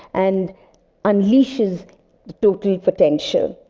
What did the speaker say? and unleash his total potential.